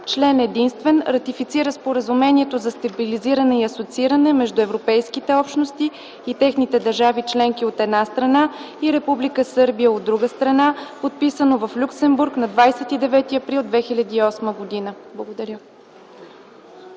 Член единствен. Ратифицира Споразумението за стабилизиране и асоцииране между Европейските общности и техните държави членки, от една страна, и Република Сърбия, от друга страна, подписано в Люксембург на 29 април 2008 г.” Благодаря.